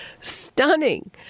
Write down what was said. stunning